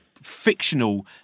Fictional